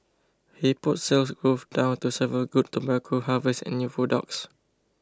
he put Sales Growth down to several good tobacco harvests and new products